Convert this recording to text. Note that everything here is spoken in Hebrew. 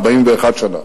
41 שנה.